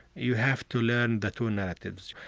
you have to learn the two narratives.